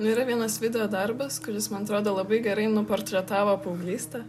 nu yra vienas video darbas kuris man atrodo labai gerai nuportretavo paauglystę